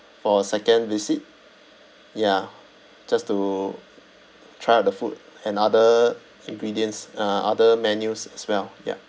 for a second visit ya just to try out the food and other ingredients uh other menus as well ya